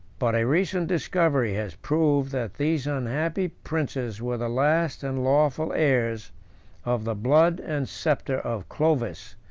but a recent discovery has proved that these unhappy princes were the last and lawful heirs of the blood and sceptre of clovis,